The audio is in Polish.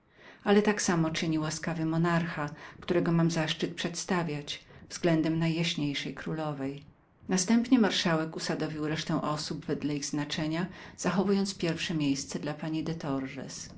ale tak samo czyni łaskawy monarcha którego mam zaszczyt przedstawiać względem najjaśniejszej królowej następnie marszałek usadowił resztę osób wedle ich znaczenia zachowując pierwsze miejsce dla pani